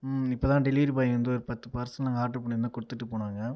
இப்பதான் delivery boy வந்து ஒரு பத்து பார்சல் நாங்கள் ஆர்டர் பண்ணிருந்தோம் கொடுத்துட்டுப் போனாங்க